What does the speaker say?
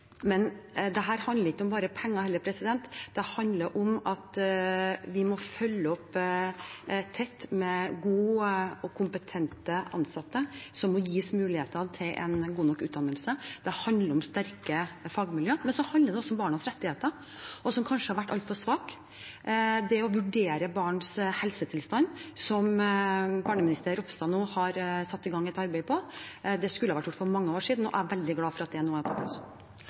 handler ikke bare om penger, det handler om at vi må følge opp tett med gode og kompetente ansatte som må gis muligheten til en god nok utdannelse. Det handler om sterke fagmiljøer. Men så handler det også om barnas rettigheter, som kanskje har vært altfor svake. Barneminister Ropstad har nå satt i gang et arbeid med å vurdere barns helsetilstand. Det skulle ha vært gjort for mange år siden, og jeg er veldig glad for at det nå er